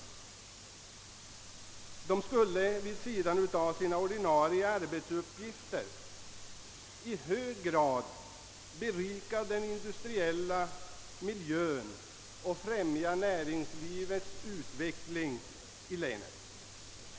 Den skulle vid sidan av sina ordinarie arbetsuppgifter i hög grad berika den industriella miljön och främja näringslivets utveckling i länet.